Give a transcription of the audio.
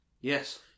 Yes